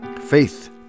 faith